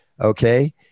Okay